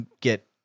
get